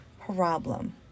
problem